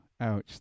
Ouch